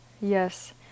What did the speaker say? Yes